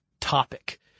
topic